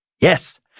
Yes